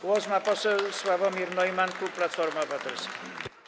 Głos ma poseł Sławomir Neumann, klub Platforma Obywatelska.